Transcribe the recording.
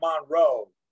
Monroe